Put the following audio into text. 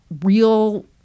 real